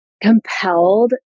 compelled